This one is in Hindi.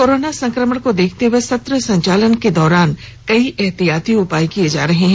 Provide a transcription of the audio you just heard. कोरोना संकमण को देखते हए सत्र संचालन के दौरान कई एहतियातन उपाय किये जा रहे हैं